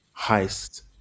heist